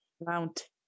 Mount